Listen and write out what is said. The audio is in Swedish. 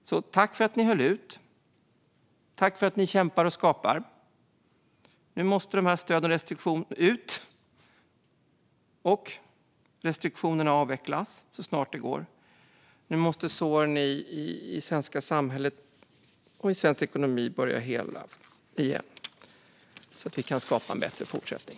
Så tack för att ni höll ut! Tack för att ni kämpar och skapar! Nu måste de här stöden ut och restriktionerna avvecklas så snart det går. Nu måste såren i det svenska samhället och i svensk ekonomi börja helas igen så att vi kan skapa en bättre fortsättning.